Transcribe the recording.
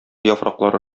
яфраклары